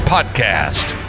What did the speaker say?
Podcast